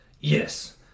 Yes